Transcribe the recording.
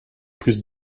plus